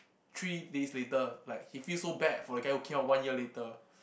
three days later like he feel so bad for the guy who came out one year later